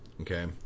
okay